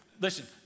listen